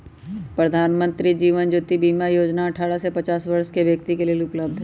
प्रधानमंत्री जीवन ज्योति बीमा जोजना अठारह से पचास वरस के व्यक्तिय लेल उपलब्ध हई